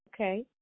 Okay